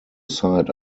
site